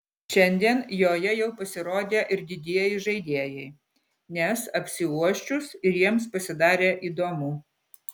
šiandien joje jau pasirodė ir didieji žaidėjai nes apsiuosčius ir jiems pasidarė įdomu